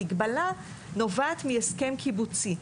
המגבלה נובעת מהסכם קיבוצי.